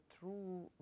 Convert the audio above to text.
true